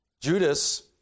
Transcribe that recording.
Judas